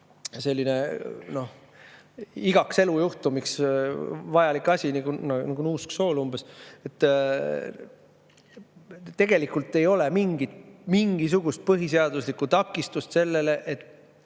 jaoks igaks elujuhtumiks vajalik asi nagu nuusksool. Tegelikult ei ole mingisugust põhiseaduslikku takistust sellele, et